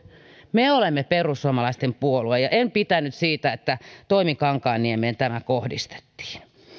me olemme perussuomalaisten puolue ja en pitänyt siitä että toimi kankaanniemeen tämä kohdistettiin